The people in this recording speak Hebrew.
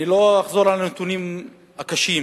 אני לא אחזור על הנתונים הקשים